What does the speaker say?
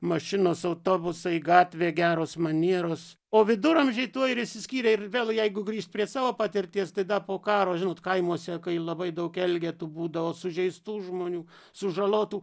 mašinos autobusai gatvė geros manieros o viduramžiai tuo ir išsiskyrė ir vėl jeigu grįšt prie savo patirties tai dar po karo žinot kaimuose kai labai daug elgetų būdavo sužeistų žmonių sužalotų